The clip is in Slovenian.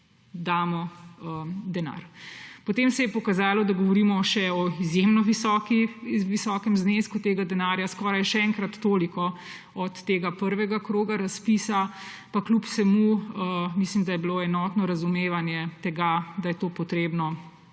damo denar. Potem se je pokazalo, da govorimo še o izjemno visokem znesku. Tega denarja je skoraj še enkrat toliko od tega prvega kroga razpisa, pa kljub vsemu mislim, da je bilo prisotno enotno razumevanje tega, da je to potrebno,